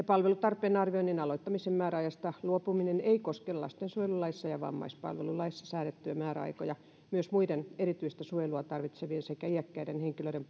palvelutarpeen arvioinnin aloittamisen määräajasta luopuminen ei koske lastensuojelulaissa ja vammaispalvelulaissa säädettyjä määräaikoja myös muiden erityistä suojelua tarvitsevien sekä iäkkäiden henkilöiden